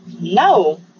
No